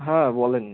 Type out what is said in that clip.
হ্যাঁ বলেন